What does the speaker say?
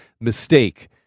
mistake